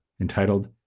entitled